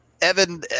evan